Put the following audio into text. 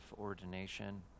ordination